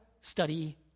study